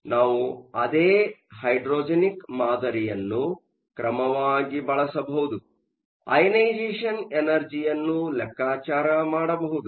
ಆದರೆ ನಾವು ಅದೇ ಹೈಡ್ರೋಜೆನಿಕ್ ಮಾದರಿಯನ್ನು ಕ್ರಮವಾಗಿ ಬಳಸಬಹುದು ಅಐನೈಸೆ಼ಷನ್ ಎನರ್ಜಿಯನ್ನು ಲೆಕ್ಕಾಚಾರ ಮಾಡಬಹುದು